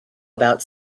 about